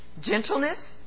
gentleness